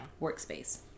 workspace